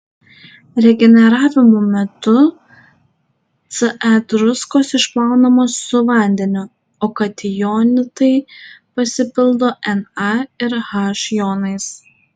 regeneravimo metu ca druskos išplaunamos su vandeniu o katijonitai pasipildo na ir h jonais